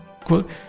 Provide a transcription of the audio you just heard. quote